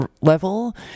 level